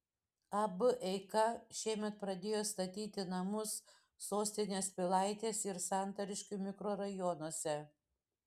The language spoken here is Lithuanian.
ab eika šiemet pradėjo statyti namus sostinės pilaitės ir santariškių mikrorajonuose